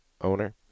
owner